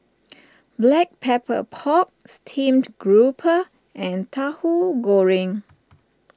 Black Pepper Pork Steamed Grouper and Tahu Goreng